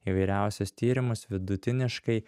įvairiausius tyrimus vidutiniškai